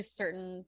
certain